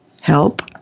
help